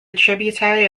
tributary